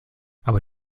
aber